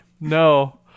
no